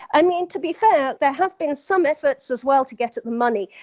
i mean, to be fair, there have been some efforts as well to get the money.